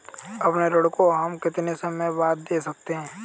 अपने ऋण को हम कितने समय बाद दे सकते हैं?